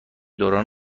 دوران